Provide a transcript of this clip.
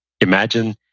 imagine